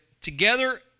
together